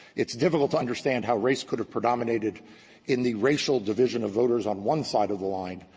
it's difficult to understand how race could have predominated in the racial division of voters on one side of the line,